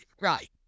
right